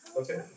Okay